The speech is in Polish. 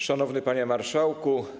Szanowny Panie Marszałku!